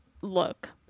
Look